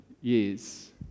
years